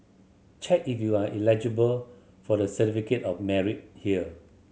check if you are eligible for the Certificate of Merit here